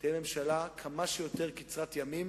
תהיה ממשלה כמה שיותר קצרת ימים,